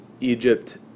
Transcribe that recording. Egypt